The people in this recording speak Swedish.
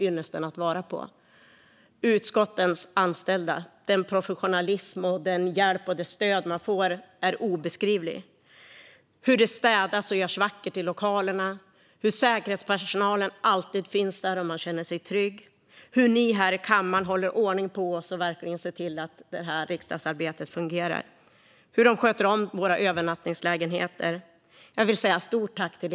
Jag säger stort tack till utskottens anställda, som är obeskrivligt hjälpsamma, stöttande och professionella, till lokalvårdarna som städar och gör vackert, till dem som sköter om våra övernattningslägenheter, till säkerhetspersonalen som alltid finns här, vilket känns tryggt, och till kammarpersonalen som håller ordning på oss och ser till att riksdagsarbetet fungerar.